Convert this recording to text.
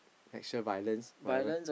sexual violence whatever